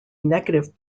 negative